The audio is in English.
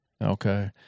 okay